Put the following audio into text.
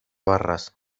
barres